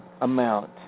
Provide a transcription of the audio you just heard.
amount